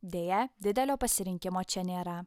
deja didelio pasirinkimo čia nėra